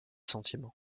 sentiments